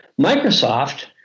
Microsoft